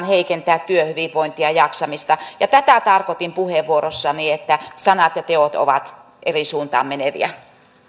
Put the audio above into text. heikentää työhyvinvointia ja jaksamista tätä tarkoitin puheenvuorossani että sanat ja teot ovat eri suuntaan meneviä